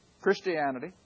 Christianity